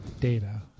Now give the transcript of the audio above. data